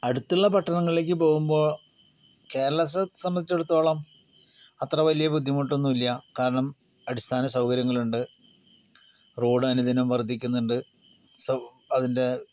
അടുത്തുള്ള പട്ടണങ്ങളിലേക്ക് പോകുമ്പോൾ കേരളത്തെ സംബന്ധിച്ചിടത്തോളം അത്ര വലിയ ബുദ്ധിമുട്ടൊന്നും ഇല്ല കാരണം അടിസ്ഥാന സൗകാര്യങ്ങളുണ്ട് റോഡ് അനുദിനം വർദ്ധിക്കുന്നുണ്ട് സൗ അതിൻ്റെ